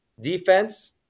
Defense –